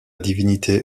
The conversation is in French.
divinité